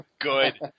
Good